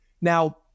Now